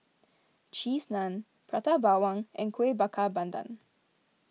Cheese Naan Prata Bawang and Kuih Bakar Pandan